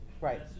right